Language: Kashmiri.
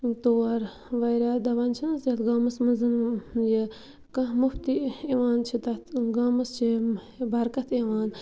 تور واریاہ دَپان چھِ نہ حظ یَتھ گامَس منٛز یہِ کانٛہہ مُفتی یِوان چھِ تَتھ گامَس چھِ برکت یِوان